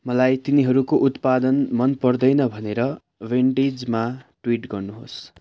मलाई तिनीहरूको उत्पादन मन पर्दैन भनेर वेन्डिजमा ट्विट गर्नुहोस्